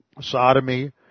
Sodomy